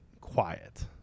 quiet